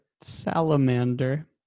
Salamander